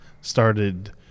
started